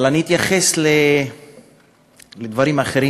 אבל אני אתייחס לדברים אחרים,